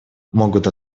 могут